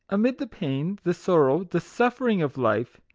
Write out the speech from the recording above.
amid the pain, the sorrow, the suf fering of life,